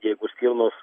jeigu stirnos